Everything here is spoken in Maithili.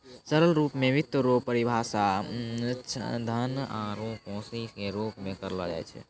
सरल रूप मे वित्त रो परिभाषा धन आरू कोश के रूप मे करलो जाय छै